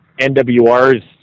NWR's